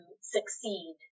succeed